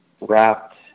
wrapped